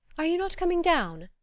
are you not coming down?